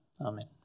Amen